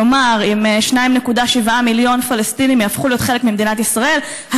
כלומר אם 2.7 מיליון פלסטינים יהפכו להיות חלק ממדינת ישראל,